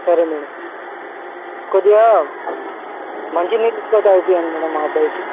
సరే మేడమ్ కొద్దిగా మంచి నీళ్ళు ఎక్కువ తాగిపియండి మేడమ్ ఆ అబ్బాయికి